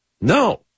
No